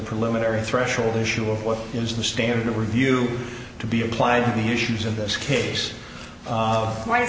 preliminary threshold issue of what is the standard of review to be applied to the issues in this case